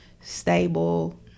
stable